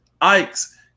Ike's